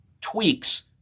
tweaks